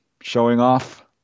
showing-off